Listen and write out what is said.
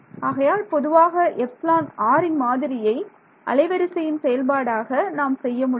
ஆகையால் பொதுவாக எப்ஸிலான் rன் மாதிரியை அலைவரிசையின் செயல்பாடாக நாம் செய்ய முடியும்